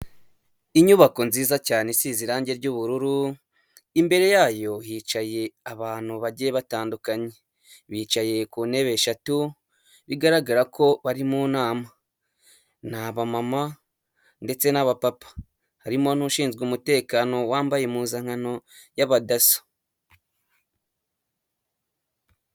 Inyubako nziza cyane isize irangi ry'ubururu, imbere yayo hicaye abantu bagiye batandukanye, bicaye ku ntebe eshatu, bigaragara ko bari mu nama, ni abamama ndetse n'abapapa, harimo n'ushinzwe umutekano wambaye impuzankano y'abadaso.